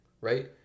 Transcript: right